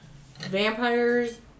Vampires